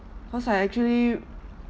cause I actually